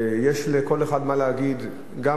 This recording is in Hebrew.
יש לכל אחד מה להגיד, גם אלה